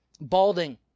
balding